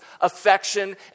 affection